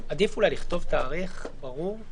עדיף אולי לכתוב תאריך ברור?